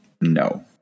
No